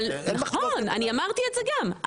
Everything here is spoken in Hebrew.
נכון, אני אמרתי את זה גם.